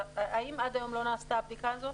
האם עד היום לא נעשתה הבדיקה הזאת?